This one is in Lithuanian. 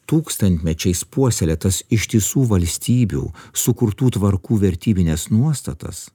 tūkstantmečiais puoselėtas ištisų valstybių sukurtų tvarkų vertybines nuostatas